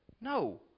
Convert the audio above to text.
No